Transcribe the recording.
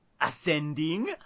Ascending